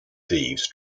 thieves